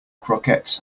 croquettes